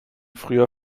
früher